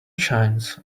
shines